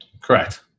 Correct